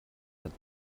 hat